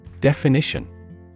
Definition